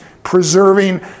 preserving